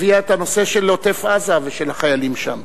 הביאה את הנושא של עוטף-עזה ושל החיילים שם.